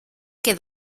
que